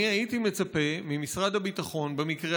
אני הייתי מצפה ממשרד הביטחון במקרה